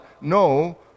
No